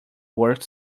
work